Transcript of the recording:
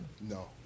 No